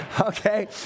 Okay